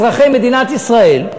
אזרחי מדינת ישראל,